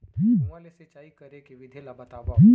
कुआं ले सिंचाई करे के विधि ला बतावव?